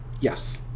Yes